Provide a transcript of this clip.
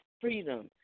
freedom